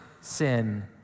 sin